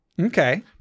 Okay